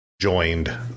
joined